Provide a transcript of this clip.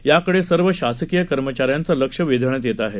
त्याकडे सर्व शासकीय कर्मचाऱ्यांचे लक्ष वेधण्यात येत आहे